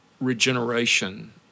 regeneration